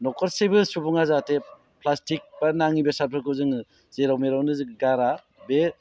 न'खरसेबो सुबुङा जाहाथे प्लास्टिक बा नाङि बेसादफोरखौ जोङो जेराव मेरावनो गारा बे